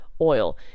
oil